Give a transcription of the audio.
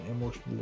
emotional